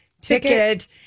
ticket